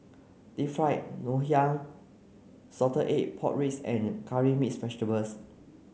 Deep Fried Ngoh Hiang Salted Egg Pork Ribs and Curry Mixed Vegetables